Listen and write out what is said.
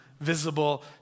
visible